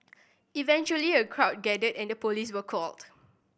eventually a crowd gathered and the police were called